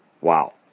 Wow